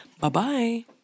Bye-bye